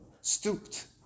stooped